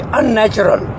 unnatural